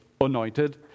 anointed